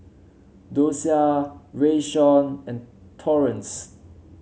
Docia Rayshawn and Torrence